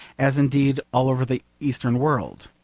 as indeed all over the eastern world.